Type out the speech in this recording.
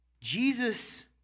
Jesus